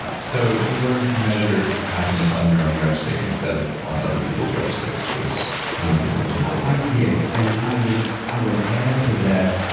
ah so you learned to measure happiness on your own yardstick instead of on other people's yardsticks was one of the things that was important i did. and i would i would add to that.